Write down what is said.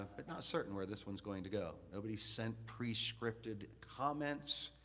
but not certain where this one's going to go. nobody sent prescripted comments.